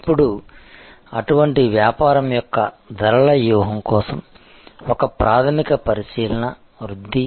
ఇప్పుడు అటువంటి వ్యాపారం యొక్క ధరల వ్యూహం కోసం ఒక ప్రాథమిక పరిశీలన వృద్ధి